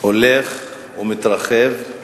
הולך ומתרחב.